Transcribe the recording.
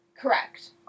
Correct